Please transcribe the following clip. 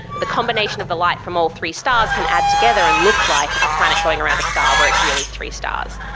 the combination of the light from all three stars can add together and look like a planet going around a star where it's really three stars.